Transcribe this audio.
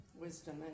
wisdom